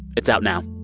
it's out now